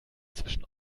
zwischen